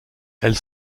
elle